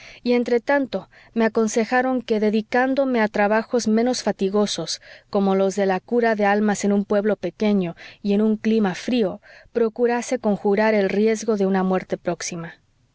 y entretanto me aconsejaron que dedicándome a trabajos menos fatigosos como los de la cura de almas en un pueblo pequeño y en un clima frío procurase conjurar el riesgo de una muerte próxima